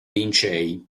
lincei